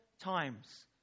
times